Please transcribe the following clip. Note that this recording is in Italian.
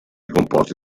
composti